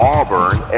Auburn